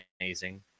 amazing